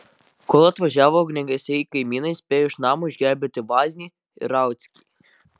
kol atvažiavo ugniagesiai kaimynai spėjo iš namo išgelbėti vaznį ir rauckį